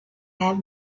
have